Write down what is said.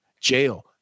Jail